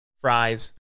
fries